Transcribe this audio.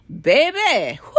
Baby